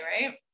right